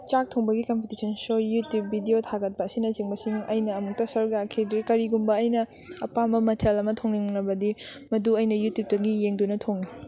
ꯆꯥꯛ ꯊꯣꯡꯕꯒꯤ competition show ꯌꯨꯇ꯭ꯌꯨꯕ ꯚꯤꯗꯤꯑꯣ ꯊꯥꯒꯠꯄ ꯑꯁꯤꯅꯆꯤꯡꯕꯁꯤꯡ ꯑꯩꯅ ꯑꯃꯨꯛꯇ ꯁꯔꯨꯛ ꯌꯥꯈꯤꯗ꯭ꯔꯤ ꯀꯔꯤꯒꯨꯝꯕ ꯑꯩꯅ ꯑꯄꯥꯝꯕ ꯃꯊꯦꯜ ꯑꯃ ꯊꯣꯡꯅꯤꯡꯂꯕꯗꯤ ꯃꯗꯨ ꯑꯩꯅ ꯌꯨꯇ꯭ꯌꯨꯕꯇꯒꯤ ꯌꯦꯡꯗꯨꯅ ꯊꯣꯡꯉꯤ